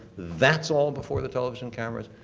that's all before the television cameras.